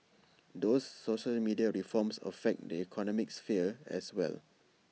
those social media reforms affect the economic sphere as well